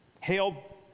Hail